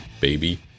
baby